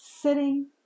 sitting